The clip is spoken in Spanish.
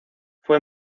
fue